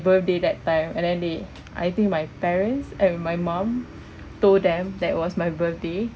birthday that time and then they I think my parents and my mum told them that it was my birthday